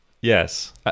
Yes